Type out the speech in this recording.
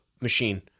machine